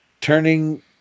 Turning